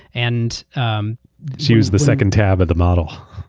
and um she was the second tab of the model.